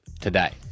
today